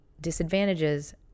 disadvantages